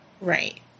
Right